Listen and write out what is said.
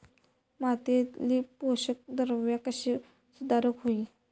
मातीयेतली पोषकद्रव्या कशी सुधारुक होई?